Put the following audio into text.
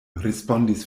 respondis